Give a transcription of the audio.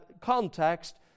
context